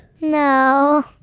No